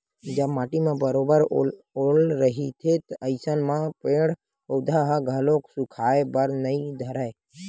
जब माटी म बरोबर ओल रहिथे अइसन म पेड़ पउधा ह घलो सुखाय बर नइ धरय